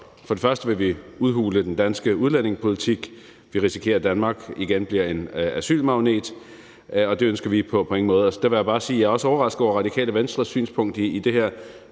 til ophold, vil vi udhule den danske udlændingepolitik, og vi risikerer, at Danmark igen bliver en asylmagnet, og det ønsker vi på ingen måde. Der vil jeg bare sige, at jeg også er overrasket over Radikale Venstres synspunkt her.